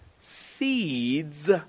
seeds